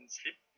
sleep